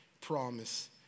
promise